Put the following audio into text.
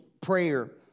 prayer